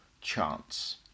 chance